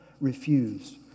refused